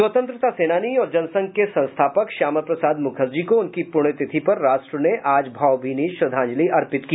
स्वतंत्रता सेनानी और जनसंघ के संस्थापक श्यामा प्रसाद मुखर्जी को उनकी पुण्यतिथि पर राष्ट्र ने आज भावभीनी श्रद्धांजलि अर्पित की